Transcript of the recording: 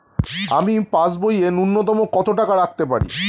আমি পাসবইয়ে ন্যূনতম কত টাকা রাখতে পারি?